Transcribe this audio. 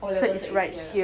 O level cert is here